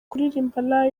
kuririmba